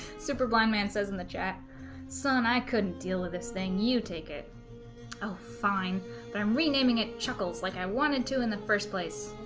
super blind man says in the chat son i couldn't deal with this thing you take it oh fine but i'm renaming it chuckles like i wanted to in the first place